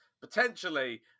potentially